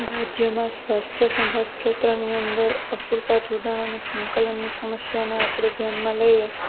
રાજ્યમાં સ્વાસ્થ્ય સંભાળ ક્ષેત્રની અંદર અપૂરતાં જોડાણ અને સંકલનની સમસ્યાને આપણે ધ્યાનમાં લઈએ